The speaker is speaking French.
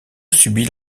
subit